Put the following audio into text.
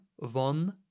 von